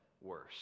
worse